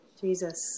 Jesus